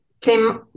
came